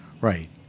Right